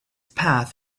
path